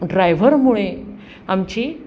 ड्रायव्हरमुळे आमची